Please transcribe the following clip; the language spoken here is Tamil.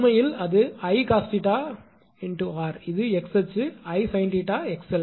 உண்மையில் அது 𝐼 cos 𝜃 𝑟 இது x அச்சு 𝐼 sin 𝜃𝑥𝑙